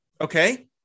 Okay